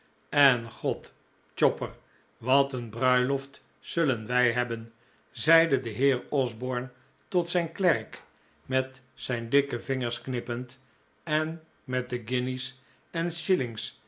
en god chopper wat een bruiloft zullen wij hebben zeide de heer osborne tot zijn klerk met zijn dikke vingers knippend en met de guinjes en